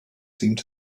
seemed